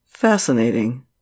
Fascinating